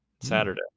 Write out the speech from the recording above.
Saturday